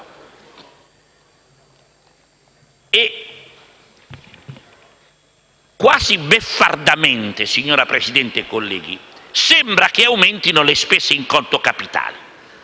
E, quasi beffardamente, signora Presidente e colleghi, sembra che aumentino le spese in conto capitale